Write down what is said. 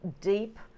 deep